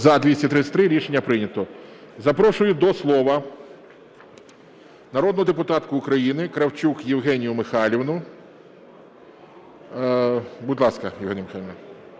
За-233 Рішення прийнято. Запрошую до слова народну депутатку України Кравчук Євгенію Михайлівну. Будь ласка, Євгенія Михайлівна,